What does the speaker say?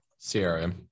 CRM